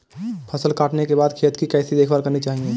फसल काटने के बाद खेत की कैसे देखभाल करनी चाहिए?